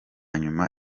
nyuma